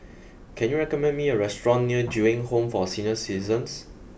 can you recommend me a restaurant near Ju Eng Home for Senior Citizens